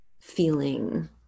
feeling